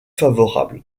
favorable